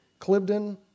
Clibden